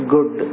Good